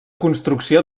construcció